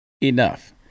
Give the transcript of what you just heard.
Enough